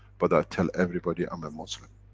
but i tell everybody i'm a muslim.